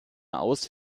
aus